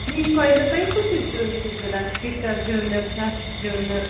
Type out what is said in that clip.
زِنۍ کویِنٹَل تۄہہِ کُس ہیُو زیُن چھُو ضوٚرَتھ کِکر زیُنہٕ فرٛٮ۪س زیُنہٕ